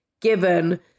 given